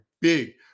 big